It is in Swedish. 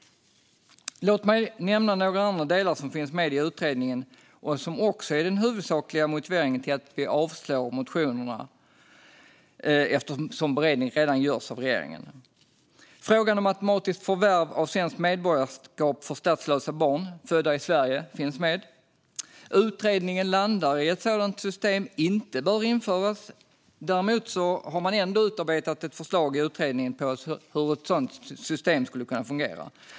Låt mig nämna några andra delar som finns med i utredningen och som också är den huvudsakliga motiveringen till att vi avslår motioner eftersom beredning redan görs av regeringen. Frågan om automatiskt förvärv av svenskt medborgarskap för statslösa barn födda i Sverige finns med. Utredningen landar i att ett sådant system inte bör införas. Dock har man utarbetat ett förslag på hur det skulle kunna fungera.